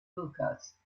hookahs